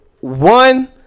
one